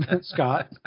Scott